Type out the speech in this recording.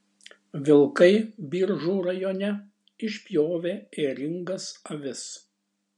vilkai biržų rajone išpjovė ėringas avis